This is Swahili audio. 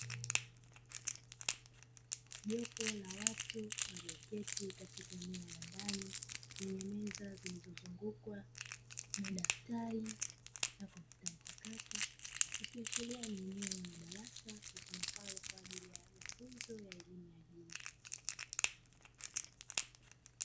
Jopo la watu walioketi katika eneo la ndani lenye meza zilizozungukwa daftari na kompyuta mpakato, ikiashiria ni eneo la darasa litumikalo kwa ajili ya mafunzo ya elimu ya juu.